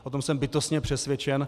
O tom jsem bytostně přesvědčen.